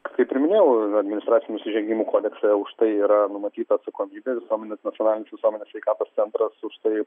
kaip ir minėjau administracinių nusižengimų kodekse už tai yra numatyta atsakomybė visuomenės nacionalinis visuomenės sveikatos centras už tai